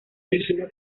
dirigido